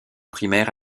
primaire